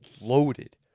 loaded